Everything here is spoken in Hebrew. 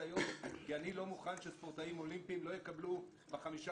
היום כי אני לא מוכן שספורטאים אולימפיים לא יקבלו ב-15